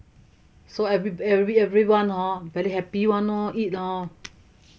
so every every everyone hor very happy [one] lor eat lor